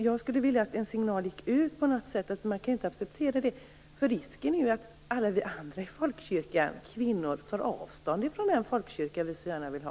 Jag skulle vilja att en signal gick ut på något sätt, att man inte kan acceptera detta. Risken är att alla vi kvinnor i folkkyrkan tar avstånd från den folkkyrka som vi så gärna vill ha.